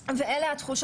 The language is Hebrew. בחינוך,